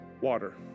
water